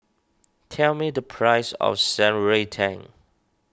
tell me the price of Shan Rui Tang